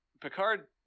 Picard